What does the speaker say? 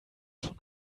schon